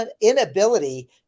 inability